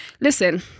listen